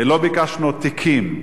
לא ביקשנו תיקים,